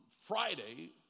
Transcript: Friday